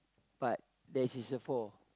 but there's is a four